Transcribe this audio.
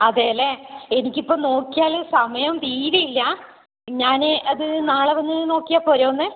അതെല്ലേ എനിക്ക് ഇപ്പോൾ നോക്കിയാൽ സമയം തീരെയില്ല ഞാൻ അത് നാളെ വന്നു നോക്കിയാൽ പോരെ ഒന്ന്